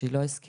שהיא לא הזכירה.